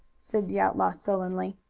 said the outlaw sullenly.